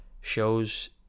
shows